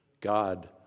God